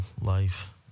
life